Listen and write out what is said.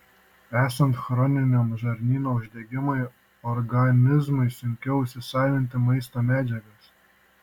esant chroniniam žarnyno uždegimui organizmui sunkiau įsisavinti maisto medžiagas